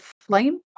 flame